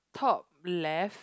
top left